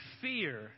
fear